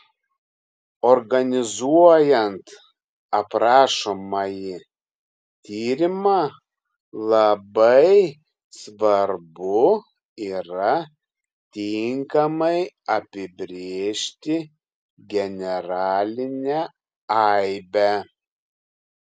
organizuojant aprašomąjį tyrimą labai svarbu yra tinkamai apibrėžti generalinę aibę